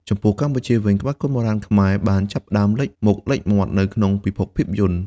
ចំពោះកម្ពុជាវិញ ក្បាច់គុនបុរាណខ្មែរបានចាប់ផ្ដើមលេចមុខលេចមាត់នៅក្នុងពិភពភាពយន្ត។